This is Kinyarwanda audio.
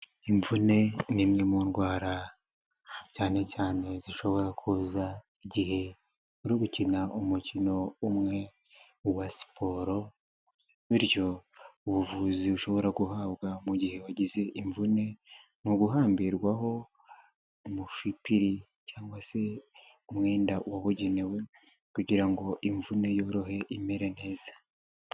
Imvune ni imwe mu ndwara cyane cyane zishobora kuza igihe uri gukina umukino umwe wa siporo bityo ubuvuzi bushobora guhabwa mu gihe wagize imvune ni uguhambirwaho umushipiri cyangwa se umwenda wabugenewe kugira ngo imvune yorohe imere neza.